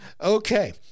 Okay